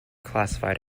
classified